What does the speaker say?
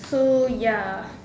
so ya